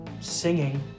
singing